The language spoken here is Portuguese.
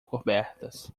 cobertas